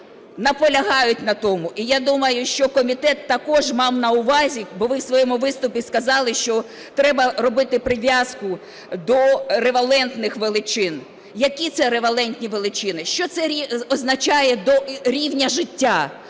наполягають на тому, і я думаю, що комітет також мав на увазі, бо ви в своєму виступі сказали, що треба робити прив'язку до релевантних величин. Які це релевантні величини? Що це означає до рівня життя?